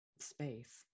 space